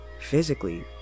physically